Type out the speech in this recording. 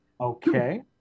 Okay